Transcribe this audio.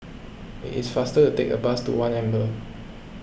it is faster to take the bus to one Amber